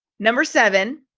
number seven,